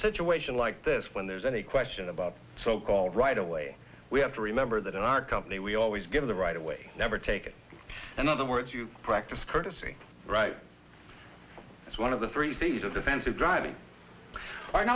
a situation like this when there's any question about so called right away we have to remember that in our company we always give the right away never take it another words you practice courtesy right that's one of the three things of defensive dri